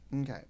Okay